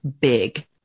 Big